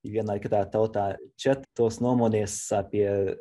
į vieną kitą tautą čia tos nuomonės apie